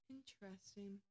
Interesting